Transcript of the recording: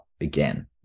again